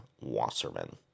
Wasserman